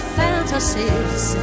fantasies